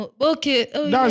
Okay